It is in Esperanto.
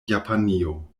japanio